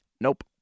Nope